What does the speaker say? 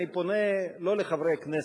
אני פונה לא לחברי הכנסת,